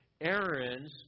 Aaron's